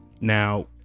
Now